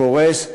קורס,